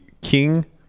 king